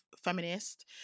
feminist